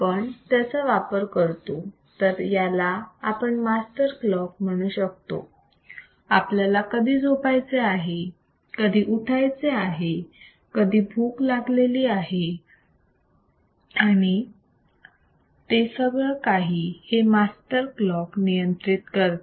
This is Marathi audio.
आपण त्याचा वापर करतो तर याला आपण मास्टर क्लॉक म्हणू शकतो आपल्याला कधी झोपायचे आहे कधी उठायचे आहे कधी भूक लागलेली आहे हे आणि ते सगळं काही हे मास्टर क्लॉक नियंत्रित करते